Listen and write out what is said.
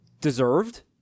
deserved